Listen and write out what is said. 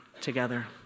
together